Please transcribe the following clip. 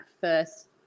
first